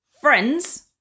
friends